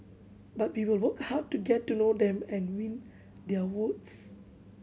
but we will work hard to get to know them and win their votes